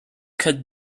could